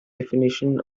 definition